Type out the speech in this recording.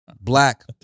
Black